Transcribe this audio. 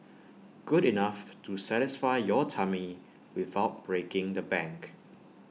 good enough to satisfy your tummy without breaking the bank